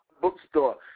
Bookstore